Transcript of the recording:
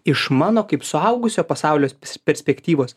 iš mano kaip suaugusio pasaulio perspektyvos